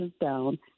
down